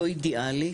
אידיאלית.